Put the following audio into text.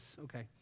Okay